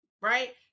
right